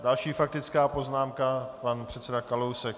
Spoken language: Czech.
Další faktická poznámka pan předseda Kalousek.